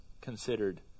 considered